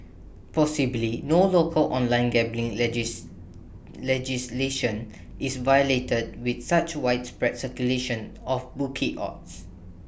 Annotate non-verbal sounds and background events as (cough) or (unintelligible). possibly no local online gambling (unintelligible) legislation is violated with such widespread circulation of bookie odds